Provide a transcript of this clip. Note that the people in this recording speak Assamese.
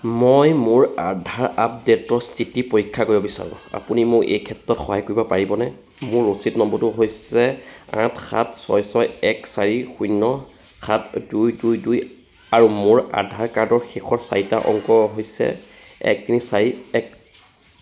মই মোৰ আধাৰ আপডে'টৰ স্থিতি পৰীক্ষা কৰিব বিচাৰোঁ আপুনি মোক এই ক্ষেত্ৰত সহায় কৰিব পাৰিবনে মোৰ ৰচিদ নম্বৰটো হৈছে আঠ সাত ছয় ছয় এক চাৰি শূন্য সাত দুই দুই দুই আৰু মোৰ আধাৰ কাৰ্ডৰ শেষৰ চাৰিটা অংক হৈছে এক তিনি চাৰি এক